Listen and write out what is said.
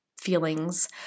feelings